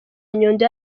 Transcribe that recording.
nyundo